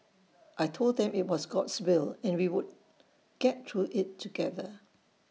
I Told them that IT was God's will and we would get through IT together